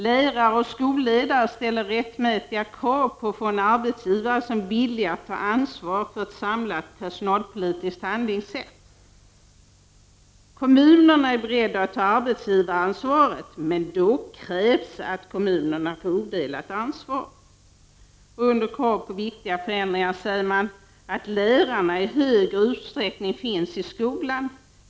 — Lärare och skolledare ställer rättmätiga krav på att få en arbetsgivare som är villig att ta ansvar för ett samlat personalpolitiskt handlingssätt. - Kommunerna är beredda att ta arbetsgivaransvaret, men då krävs att kommunerna får odelat ansvar. Krav på viktiga förändringar: —- Att lärarna i högre utsträckning finns i skolan.